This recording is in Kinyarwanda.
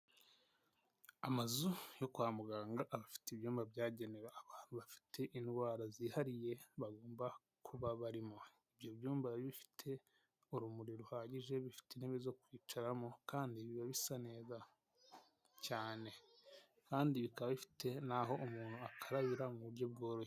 Amazu yo kwa muganga abafite ibyumba byagenewe abantu bafite indwara zihariye bagomba kuba barimo, ibyo byumba biba bifite urumuri ruhagije, bifite intebe zo kwicaramo kandi biba bisa neza cyane kandi bikaba bifite n'aho umuntu akarabira mu buryo bworoshye.